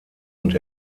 und